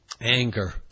anger